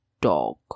dog